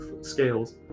scales